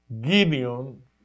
Gideon